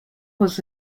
was